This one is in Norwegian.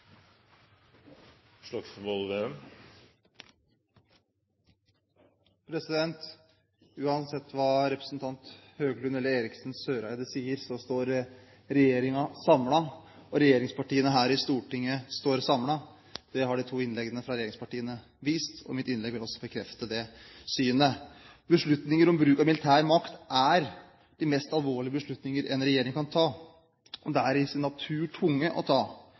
Uansett hva representantene Høglund eller Eriksen Søreide sier, står regjeringen samlet, og regjeringspartiene her i Stortinget står samlet. Det har de to innleggene fra regjeringspartiene vist, og mitt innlegg vil også bekrefte det synet. Beslutninger om bruk av militær makt er de mest alvorlige beslutninger en regjering kan ta, og de er i sin natur tunge å ta.